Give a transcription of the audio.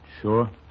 Sure